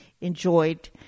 enjoyed